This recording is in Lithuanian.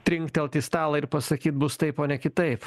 trinktelt į stalą ir pasakyt bus taip o ne kitaip